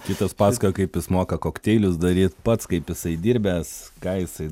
kitas pasakoja kaip jis moka kokteilius daryt pats kaip jisai dirbęs ką jisai